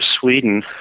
Sweden